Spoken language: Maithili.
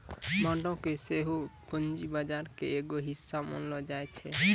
बांडो के सेहो पूंजी बजार के एगो हिस्सा मानलो जाय छै